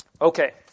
Okay